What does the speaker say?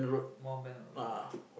more lah